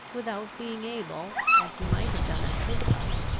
without being able, as he might have done at his house,